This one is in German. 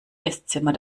esszimmer